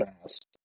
fast